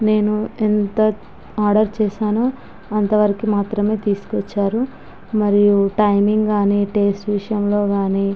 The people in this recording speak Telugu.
నేను ఎంత ఆర్డర్ చేసానో అంత వరకు మాత్రమే తీసుకువచ్చారు మరియు టైమింగ్ కానీ టేస్ట్ విషయములో కానీ